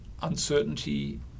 uncertainty